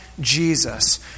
Jesus